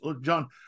John